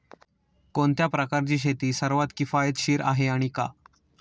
कोणत्या प्रकारची शेती सर्वात किफायतशीर आहे आणि का?